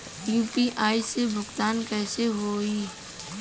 UPI से भुगतान कइसे होहीं?